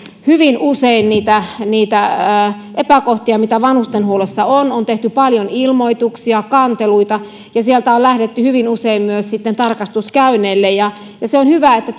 hyvin usein niitä niitä epäkohtia mitä vanhustenhuollossa on on tehty paljon ilmoituksia kanteluita ja on lähdetty hyvin usein myös sitten tarkastuskäynneille on hyvä että